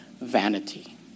vanity